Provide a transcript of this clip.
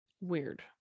Weird